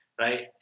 Right